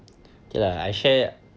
okay lah I share